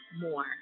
more